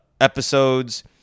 episodes